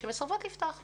שמסרבות לפתוח מסגרות.